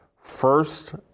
first